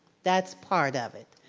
that's part of it.